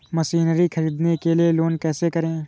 Machinery ख़रीदने के लिए लोन कैसे करें?